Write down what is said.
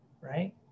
right